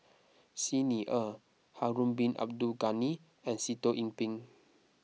Xi Ni Er Harun Bin Abdul Ghani and Sitoh Yih Pin